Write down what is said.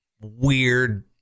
weird